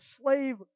slave